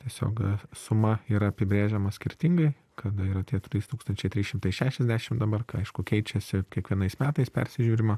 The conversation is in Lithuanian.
tiesiog suma yra apibrėžiama skirtingai kad yra tie trys tūkstančiai trys šimtai šešiasdešim dabar k aišku keičiasi kiekvienais metais persižiūrima